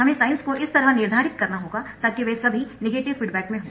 हमें साइन्स को इस तरह निर्धारित करना होगा ताकि वे सभी नेगेटिव फीडबैक में हों